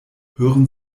hören